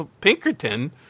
Pinkerton